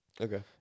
Okay